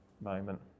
moment